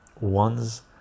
ones